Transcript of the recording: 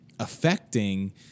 affecting